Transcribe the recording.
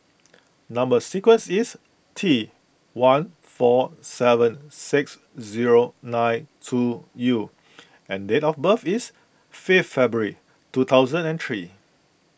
Number Sequence is T one four seven six zero nine two U and date of birth is fifth February two thousand and three